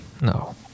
no